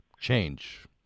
change